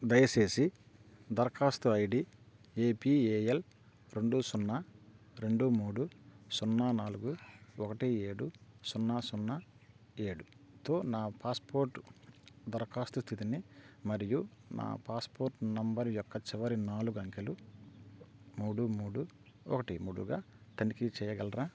దయచేసి దరఖాస్తు ID APAL రెండు సున్నా రెండు మూడు సున్నా నాలుగు ఒకటి ఏడు సున్నా సున్నా ఏడుతో నా పాస్పోర్ట్ దరఖాస్తు స్థితిని మరియు నా పాస్పోర్ట్ నెంబర్ యొక్క చివరి నాలుగు అంకెలు మూడు మూడు ఒకటి మూడుగా తనిఖీ చేయగలరా